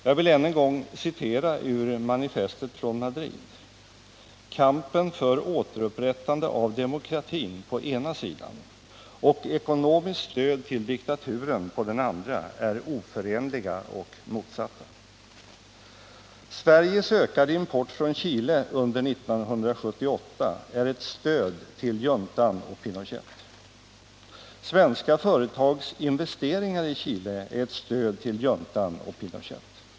Jag vill än en gång citera ur manifestet från Madrid: ”Kampen för återupprättande av demokratin, på ena sidan, och ekonomiskt stöd till diktaturen, på den andra, är oförenliga och motsatta.” Sveriges ökade import från Chile under 1978 är stöd till juntan och 143 Svenska företags investeringar i Chile är ett stöd till juntan och Pinochet.